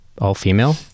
all-female